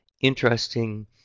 interesting